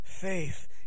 faith